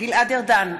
גלעד ארדן,